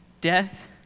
death